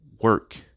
work